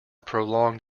prolonged